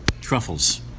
Truffles